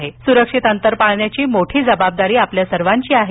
तसंच सुरक्षित अंतर पाळण्याची मोठी जबाबदारी आपल्या सर्वांची आहे